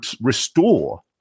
restore